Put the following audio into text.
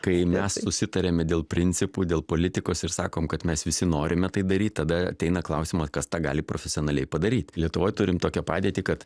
kai mes susitarėme dėl principų dėl politikos ir sakom kad mes visi norime tai daryt tada ateina klausimas kas tą gali profesionaliai padaryt lietuvoj turim tokią padėtį kad